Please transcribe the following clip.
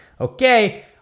okay